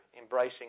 embracing